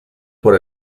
por